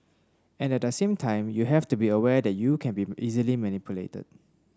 and at the same time you have to be aware that you can be easily manipulated